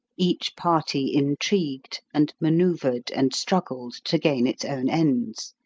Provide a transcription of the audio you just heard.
each party intrigued, and maneuvered, and struggled to gain its own ends,